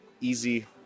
easy